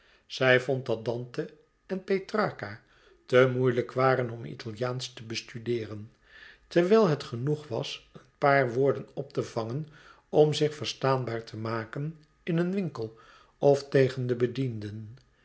zij vond dat dante en petrarca te moeilijk waren om italiaansch te bestudeeren terwijl het genoeg was een paar woorden op te vangen om zich verstaanbaar te maken in een winkel of tegen de bedienden